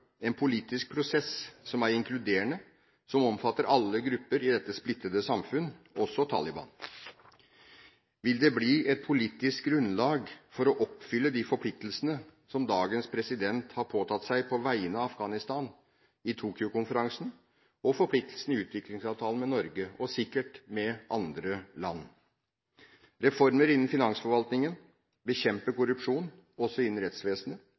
en politisk prosess som er inkluderende, som omfatter alle grupper i dette splittede samfunnet, også Taliban? Vil det bli et politisk grunnlag for å oppfylle de forpliktelser som dagens president har påtatt seg på vegne av Afghanistan i Tokyo-konferansen, forpliktelsene i utviklingsavtalen med Norge og sikkert med andre land, reformer innen finansforvaltningen, bekjempelse av korrupsjon, også innen rettsvesenet,